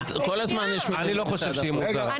אנחנו רוצים להסביר --- אני לא חושב שהיא מוזרה.